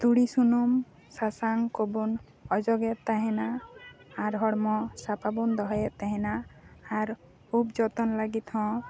ᱛᱩᱲᱤ ᱥᱩᱱᱩᱢ ᱥᱟᱥᱟᱝ ᱠᱚᱵᱚᱱ ᱚᱡᱚᱜᱮᱫ ᱛᱟᱦᱮᱱᱟ ᱟᱨ ᱦᱚᱲᱢᱚ ᱥᱟᱯᱟᱵᱚᱱ ᱫᱚᱦᱚᱭᱮᱫ ᱛᱟᱦᱮᱱᱟ ᱟᱨ ᱩᱵ ᱡᱚᱛᱚᱱ ᱞᱟᱹᱜᱤᱫ ᱦᱚᱸ